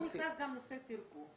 פה נכנס גם נושא התרגום.